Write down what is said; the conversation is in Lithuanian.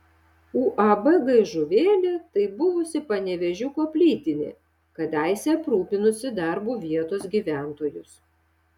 uab gaižuvėlė tai buvusi panevėžiuko plytinė kadaise aprūpinusi darbu vietos gyventojus